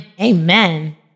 Amen